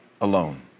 alone